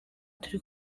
turi